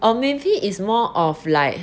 or maybe it's more of like